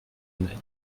nennen